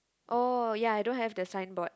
oh ya don't have the signboard